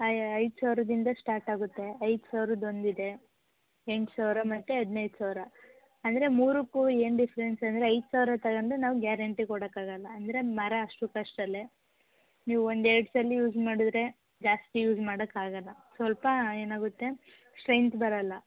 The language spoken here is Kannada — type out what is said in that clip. ಐ ಐದು ಸಾವಿರದಿಂದ ಸ್ಟಾರ್ಟ್ ಆಗುತ್ತೆ ಐದು ಸಾವಿರದ್ದು ಒಂದು ಇದೆ ಎಂಟು ಸಾವಿರ ಮತ್ತು ಹದಿನೈದು ಸಾವಿರ ಅಂದರೆ ಮೂರಕ್ಕೂ ಏನು ಡಿಫ್ರೆನ್ಸ್ ಅಂದರೆ ಐದು ಸಾವಿರದ್ದು ತಗೊಂಡ್ರೆ ನಾವು ಗ್ಯಾರಂಟಿ ಕೊಡೋಕ್ಕಾಗಲ್ಲ ಅಂದರೆ ಮರ ಅಷ್ಟಕ್ಕೆ ಅಷ್ಟರಲ್ಲೇ ನೀವು ಒಂದು ಎರಡು ಸಲ ಯೂಸ್ ಮಾಡಿದ್ರೆ ಜಾಸ್ತಿ ಯೂಸ್ ಮಾಡೋಕ್ಕಾಗಲ್ಲ ಸ್ವಲ್ಪ ಏನಾಗುತ್ತೆ ಸ್ಟ್ರೆಂತ್ ಬರಲ್ಲ